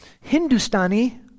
Hindustani